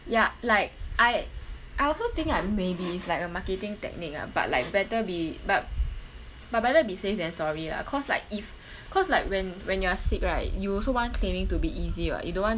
ya like I I also think like maybe it's like a marketing technique ah but like better be but but better be safe than sorry lah cause like if cause like when when you are sick right you also want claiming to be easy [what] you don't want